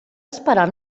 esperar